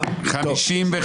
56,